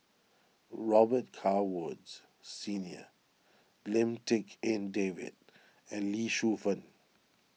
Robet Carr Woods Senior Lim Tik En David and Lee Shu Fen